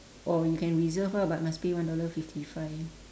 or you can reserve ah but must pay one dollar fifty five